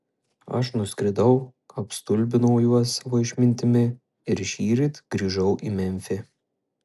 aš nuskridau apstulbinau juos savo išmintimi ir šįryt grįžau į memfį